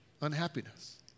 unhappiness